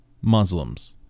Muslims